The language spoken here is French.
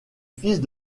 fils